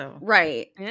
Right